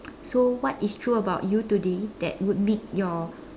so what is true about you today that would make your